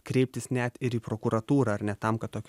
kreiptis net ir į prokuratūrą ar ne tam kad tokio